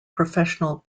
professional